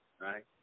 right